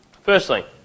firstly